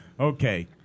Okay